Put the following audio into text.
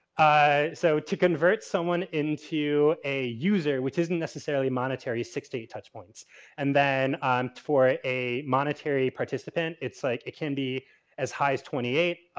so, to convert someone into a user, which isn't necessarily monetary, is six to eight touch points and then on for a monetary participant it's like, it can be as high as twenty eight.